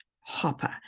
Hopper